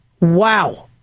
wow